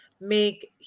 make